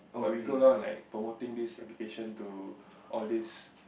but we go down like promoting this application to all these